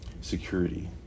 security